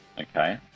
okay